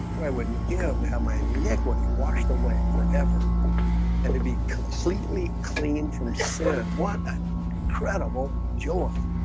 what i wouldn't give to have my liquid he washed away forever and to be completely clean from sword what incredible joy